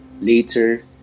Later